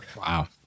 Wow